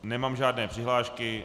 Nemám žádné přihlášky.